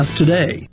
today